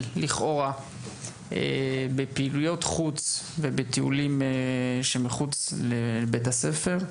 לכאורה בפעילויות חוץ ובטיולים שמחוץ לבית הספר.